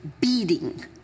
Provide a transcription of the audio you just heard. beating